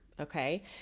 okay